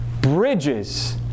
Bridges